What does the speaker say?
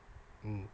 mm